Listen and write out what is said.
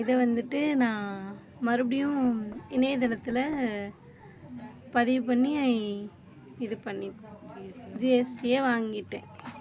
இதை வந்துட்டு நான் மறுபடியும் இணையதளத்தில் பதிவுப் பண்ணி இது பண்ணிப் ஜிஎஸ்டியை வாங்கிவிட்டேன்